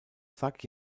sag